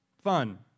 fun